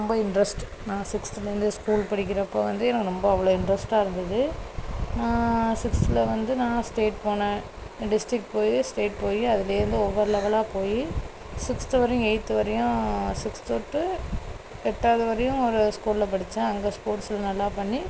ரொம்ப இன்ட்ரஸ்ட் நான் சிக்ஸ்த்துலருந்து ஸ்கூல் படிக்கிறப்போ வந்து நான் ரொம்ப அவ்வளோ இன்ட்ரஸ்ட்டாக இருந்துது சிக்ஸ்த்தில் வந்து நான் ஸ்டேட் போனேன் டிஸ்ட்ரிக் போய் ஸ்டேட் போய் அதுலருந்து ஒவ்வொரு லெவலாக போய் சிக்ஸ்த்து வரையும் எயிட்த்து வரையும் சிக்ஸ்த்து டு எட்டாவது வரையும் ஒரு ஸ்கூலில் படிச்சேன் அங்கே ஸ்போட்ஸில் நல்லா பண்ணி